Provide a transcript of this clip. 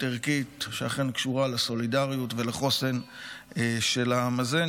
ערכית שאכן קשורה לסולידריות ולחוסן של העם הזה.